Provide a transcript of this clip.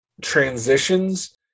transitions